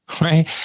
right